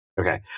Okay